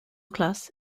class